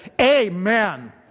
amen